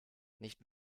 nicht